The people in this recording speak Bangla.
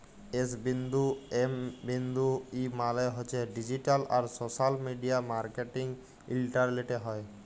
এস বিন্দু এম বিন্দু ই মালে হছে ডিজিট্যাল আর সশ্যাল মিডিয়া মার্কেটিং ইলটারলেটে হ্যয়